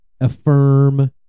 affirm